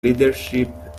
leadership